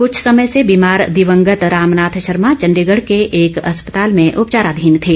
कुछ समय से बीमार दिवंगत रामनाथ शर्मा चंडीगढ़ के एक अस्पताल में उपचाराधीन थे